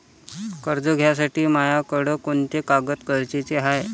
कर्ज घ्यासाठी मायाकडं कोंते कागद गरजेचे हाय?